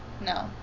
No